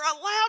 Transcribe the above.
allowed